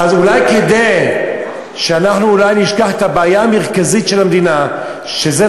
אז אולי כדי שאנחנו אולי נשכח את הבעיה המרכזית של המדינה היום,